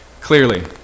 Clearly